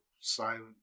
silent